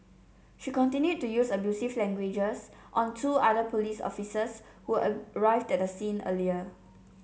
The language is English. she continued to use abusive language on two other police officers who arrived at the scene earlier